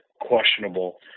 questionable